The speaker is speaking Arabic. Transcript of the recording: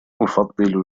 أفضّل